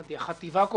למשל היישוב קידר,